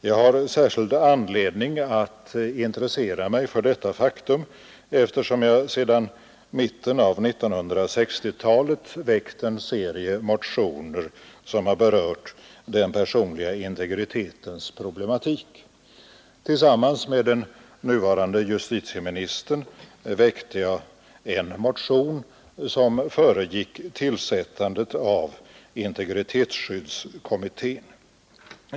Jag har särskild anledning att intressera mig för detta faktum, eftersom jag sedan mitten av 1960-talet väckt en serie motioner som har berört den personliga integritetens problematik. Tillsammans med den nuvarande justitieministern väckte jag en motion som föregick tillsättandet av integritetsskyddskommittén.